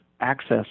access